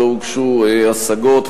לא הוגשו השגות,